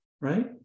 right